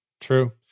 true